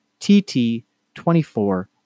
TT24